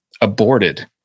aborted